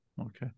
Okay